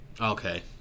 Okay